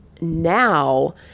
now